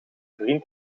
vriend